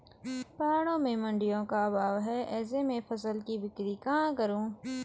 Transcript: पहाड़ों में मडिंयों का अभाव है ऐसे में फसल की बिक्री कहाँ करूँ?